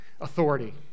authority